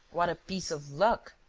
what a piece of luck!